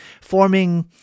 forming